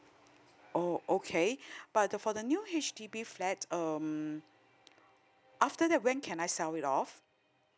oh okay but the for the new H_D_B flat um after that when can I sell it off